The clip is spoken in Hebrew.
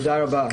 תודה רבה.